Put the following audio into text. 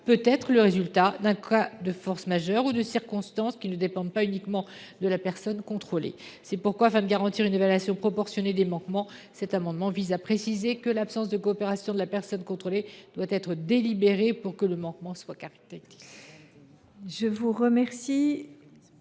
peut être le résultat d’un cas de force majeure ou de circonstances qui ne dépendent pas uniquement de la personne contrôlée. C’est pourquoi, afin de garantir une évaluation proportionnée des manquements, cet amendement vise à préciser que l’absence de coopération de la personne contrôlée doit être délibérée pour que le manquement soit caractérisé.